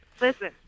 Listen